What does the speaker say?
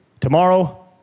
Tomorrow